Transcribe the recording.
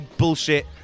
bullshit